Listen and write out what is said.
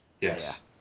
Yes